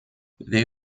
they